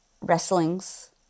wrestlings